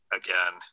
again